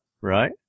Right